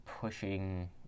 pushing